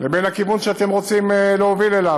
לבין הכיוון שאתם רוצים להוביל אליו.